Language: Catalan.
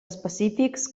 específics